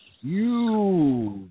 huge